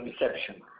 reception